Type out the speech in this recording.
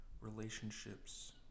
relationships